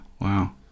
wow